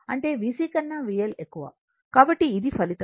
కాబట్టి ఇది ఫలితం VL VC